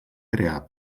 crear